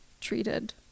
treated